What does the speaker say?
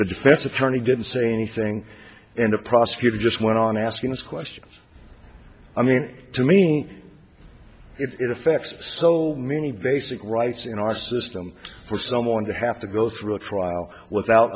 attorney didn't say anything in the prosecutor just went on asking these questions i mean to me it affects so many basic rights in our system for someone to have to go through a trial without